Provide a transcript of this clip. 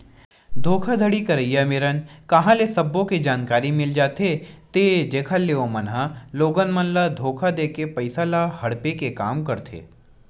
धोखाघड़ी करइया मेरन कांहा ले सब्बो के जानकारी मिल जाथे ते जेखर ले ओमन ह लोगन मन ल धोखा देके पइसा ल हड़पे के काम करथे